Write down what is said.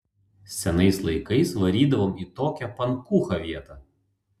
senais laikais varydavom į tokią pankūchą vietą